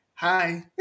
hi